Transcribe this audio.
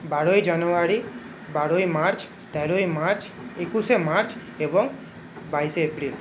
বারোই জানুয়ারি বারোই মার্চ তেরোই মার্চ একুশে মার্চ এবং বাইশে এপ্রিল